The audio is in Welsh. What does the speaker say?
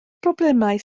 broblemau